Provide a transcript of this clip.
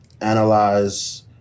analyze